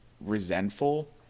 resentful